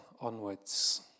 onwards